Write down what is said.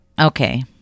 Okay